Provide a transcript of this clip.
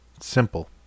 Simple